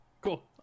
Cool